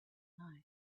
and